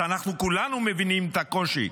אז אנחנו כולנו מבינים את הקושי.